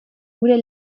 gure